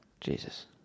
Jesus